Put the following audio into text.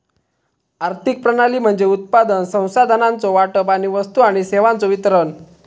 आर्थिक प्रणाली म्हणजे उत्पादन, संसाधनांचो वाटप आणि वस्तू आणि सेवांचो वितरण